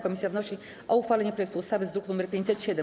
Komisja wnosi o uchwalenie projektu ustawy z druku nr 507.